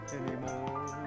anymore